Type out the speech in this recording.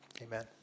amen